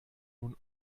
nun